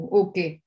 okay